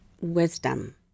wisdom